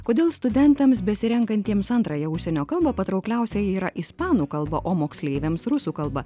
kodėl studentams besirenkantiems antrąją užsienio kalbą patraukliausia yra ispanų kalba o moksleiviams rusų kalba